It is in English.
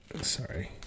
sorry